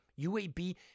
UAB